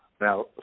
Now